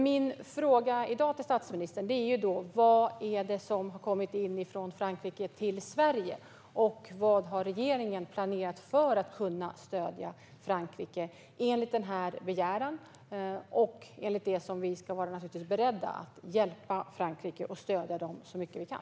Min fråga i dag till statsministern är då: Vad är det som har kommit in från Frankrike till Sverige, och vad har regeringen planerat för att kunna stödja Frankrike enligt den här begäran och enligt att vi naturligtvis ska vara beredda att hjälpa och stödja Frankrike så mycket vi kan?